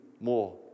more